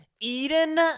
Eden